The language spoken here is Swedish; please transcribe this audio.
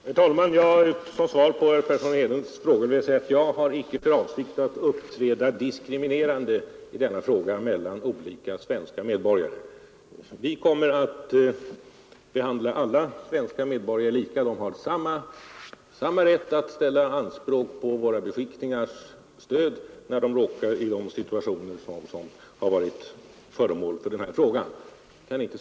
Herr talman! Som svar till herr Persson i Heden vill jag säga att jag i denna fråga inte har för avsikt att uppträda diskriminerande mot någon svensk medborgare. Vi behandlar alla svenska medborgare lika; de har samma rätt att ställa anspråk på våra beskickningars stöd, när de råkar i sådana situationer som här varit anledningen till att denna fråga framställts.